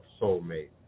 soulmate